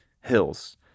hills